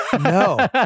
No